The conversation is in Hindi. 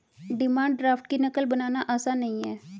डिमांड ड्राफ्ट की नक़ल बनाना आसान नहीं है